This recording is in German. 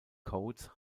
codes